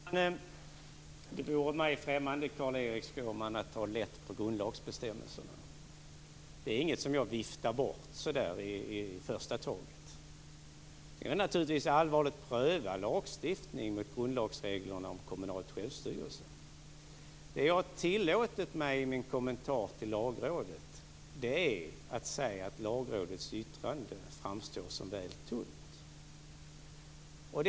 Fru talman! Det vore mig främmande, Carl-Erik Skårman, att ta lätt på grundlagsbestämmelserna. Det är inget jag viftar bort så där i första taget. Vi ska naturligtvis allvarligt pröva lagstiftningen mot grundlagsreglerna om kommunalt självstyrelse. Det jag tillåtit mig i min kommentar till Lagrådet är att säga att Lagrådets yttrande framstår som väl tunt.